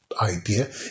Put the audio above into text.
idea